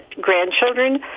grandchildren